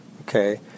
okay